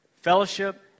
fellowship